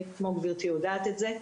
מי כמו גברתי יודעת את זה.